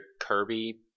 Kirby